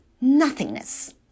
nothingness